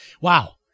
Wow